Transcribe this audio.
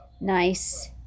Nice